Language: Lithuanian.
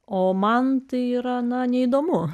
o man tai yra na neįdomu